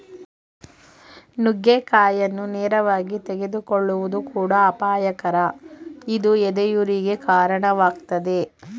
ನುಗ್ಗೆಕಾಯಿಯನ್ನು ನೇರವಾಗಿ ತೆಗೆದುಕೊಳ್ಳುವುದು ಕೂಡ ಅಪಾಯಕರ ಇದು ಎದೆಯುರಿಗೆ ಕಾಣವಾಗ್ತದೆ